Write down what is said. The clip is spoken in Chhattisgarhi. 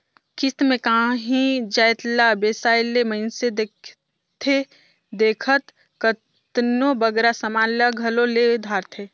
किस्त में कांही जाएत ला बेसाए ले मइनसे देखथे देखत केतनों बगरा समान ल घलो ले धारथे